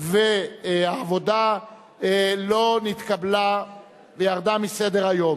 והעבודה לא נתקבלה וירדה מסדר-היום.